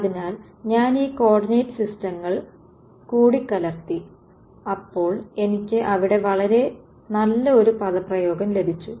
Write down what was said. അതിനാൽ ഞാൻ ഈ കോർഡിനേറ്റ് സിസ്റ്റങ്ങൾ കൂടിക്കലർത്തി അപ്പോൾ എനിക്ക് ഇവിടെ വളരെ നല്ല ഒരു പദപ്രയോഗം ലഭിച്ചു